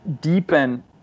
deepen